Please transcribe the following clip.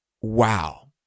wow